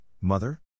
Mother